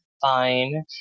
fine